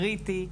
קריטי.